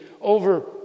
over